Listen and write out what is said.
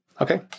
Okay